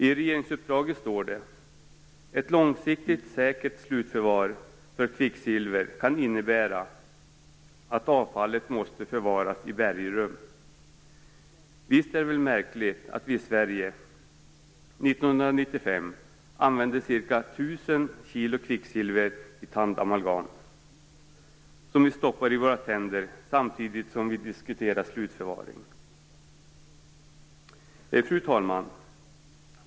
I regeringsuppdraget står det: "Ett långsiktigt säkert slutförvar för kvicksilver kan innebära att avfallet måste förvaras i bergrum." Visst är det märkligt att vi i Sverige 1995 använde ca 1 000 kg kvicksilver i tandamalgam, som vi stoppar i våra tänder samtidigt som vi diskuterar en slutförvaring. Fru talman!